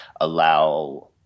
allow